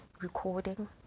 recording